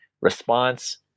response